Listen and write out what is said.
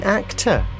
actor